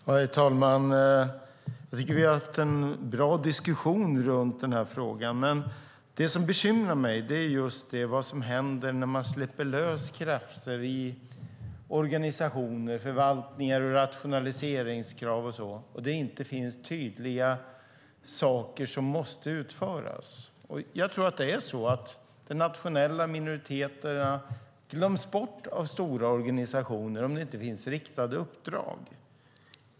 Herr talman! Jag tycker att vi har haft en bra diskussion om den här frågan. Men det som bekymrar mig är just vad som händer när man släpper loss krafter i organisationer och förvaltningar och det blir rationaliseringskrav och så vidare och det inte finns tydliga saker som måste utföras. Jag tror att de nationella minoriteterna glöms bort av stora organisationer om det inte finns riktade uppdrag.